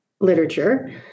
literature